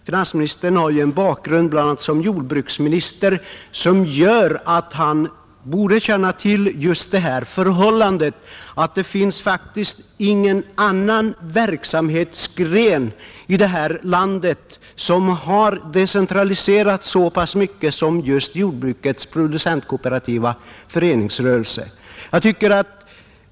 Finansministern har ju en bakgrund bl.a. som jordbruksminister som gör att han borde känna till att det faktiskt inte finns någon verksamhetsgren här i landet som har decentraliserats så mycket som just jordbrukets producentkooperativa föreningsrörelse.